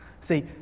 See